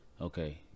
Okay